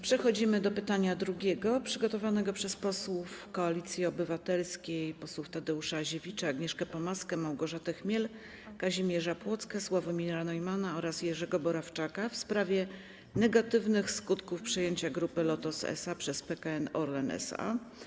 Przechodzimy do pytania drugiego, przygotowanego przez posłów Koalicji Obywatelskiej, posłów Tadeusza Aziewicza, Agnieszkę Pomaską, Małgorzatę Chmiel, Kazimierza Plocke, Sławomira Neumanna oraz Jerzego Borowczaka, w sprawie negatywnych skutków przejęcia Grupy Lotos SA przez PKN Orlen SA.